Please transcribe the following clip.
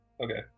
Okay